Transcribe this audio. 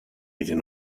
iddyn